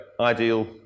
ideal